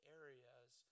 areas